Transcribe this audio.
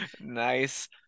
Nice